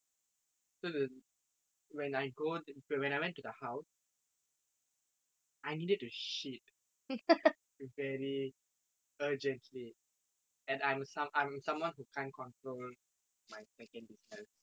so the when I go when I went to the house I needed to shit very urgently and I'm some I'm someone who can't control my second business